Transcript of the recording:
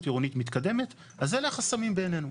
עירונית מתקדמת אז אלה החסמים בעינינו.